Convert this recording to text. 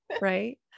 right